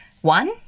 One